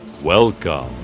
Welcome